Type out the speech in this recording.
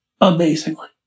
amazingly